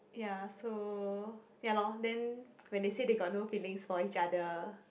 ya so ya lor then when they say they got no feelings for each other